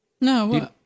No